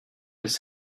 his